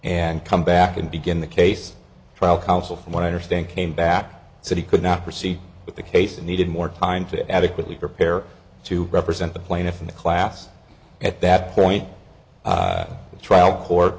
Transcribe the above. and come back and begin the case trial counsel from what i understand came back so he could not proceed with the case and needed more time to adequately prepare to represent the plaintiff in the class at that point the trial